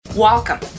Welcome